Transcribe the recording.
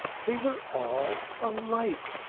they were all alike!